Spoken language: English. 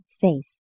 faith